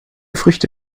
früchte